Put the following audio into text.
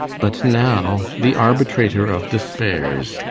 but now, the arbitrator of despaires,